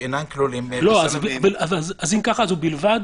אם כך: ובלבד